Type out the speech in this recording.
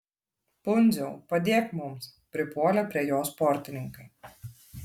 pundziau padėk mums pripuolė prie jo sportininkai